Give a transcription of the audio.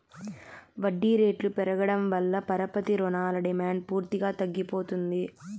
వడ్డీ రేట్లు పెరగడం వల్ల పరపతి రుణాల డిమాండ్ పూర్తిగా తగ్గిపోతుంది